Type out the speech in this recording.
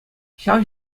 ҫав